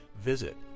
visit